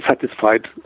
satisfied